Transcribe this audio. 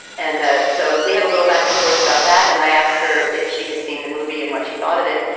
and ah so we had a little back and forth forth about that, and i asked her if she had seen the movie and what she thought of it.